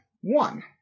one